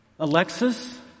Alexis